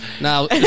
Now